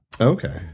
Okay